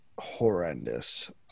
horrendous